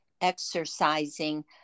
exercising